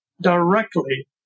directly